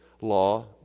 law